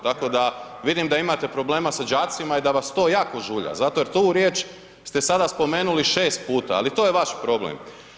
Tako da vidim da imate problema sa đacima i da vas to jako žulja zato jer tu riječ ste sada spomenuli 6 puta, ali to je vaš problem.